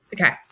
Okay